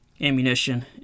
ammunition